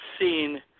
seen